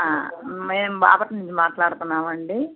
మేము బాపట్లనుండి మాట్లాడుతున్నాము అండి